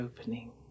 opening